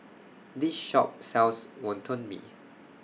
This Shop sells Wonton Mee